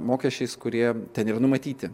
mokesčiais kurie ten ir numatyti